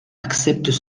acceptent